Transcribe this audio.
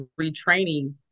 retraining